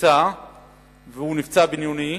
נפצע בינוני.